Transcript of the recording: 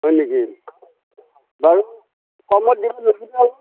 হয় নেকি বাৰু কমত দিবা নোৱাৰিনে